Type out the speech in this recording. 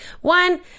one